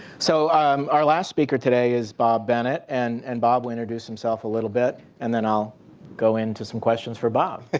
so our last speaker today is bob bennet. and and bob will introduce himself a little bit. and then i'll go into some questions for bob.